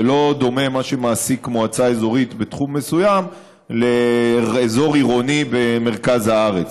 ולא דומה מה שמעסיק מועצה אזורית בתחום מסוים לאזור עירוני במרכז הארץ.